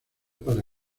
para